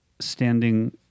standing